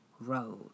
road